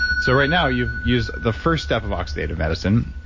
so, right now, you've used the first step of oxidative medicine,